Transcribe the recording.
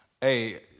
Hey